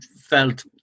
felt